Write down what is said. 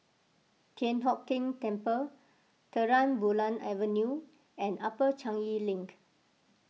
Thian Hock Keng Temple Terang Bulan Avenue and Upper Changi Link